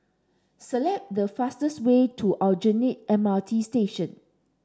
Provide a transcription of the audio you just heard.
select the fastest way to Aljunied M R T Station